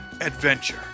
adventure